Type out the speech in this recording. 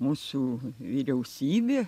mūsų vyriausybė